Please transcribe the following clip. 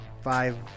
Five